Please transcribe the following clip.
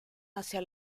hacia